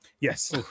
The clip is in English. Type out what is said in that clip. yes